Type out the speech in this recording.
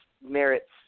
merits